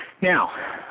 now